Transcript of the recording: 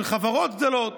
של חברות גדולות.